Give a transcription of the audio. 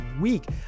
week